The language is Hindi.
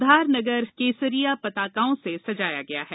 धार नगर केसरिया पताकाओं से सजाया गया है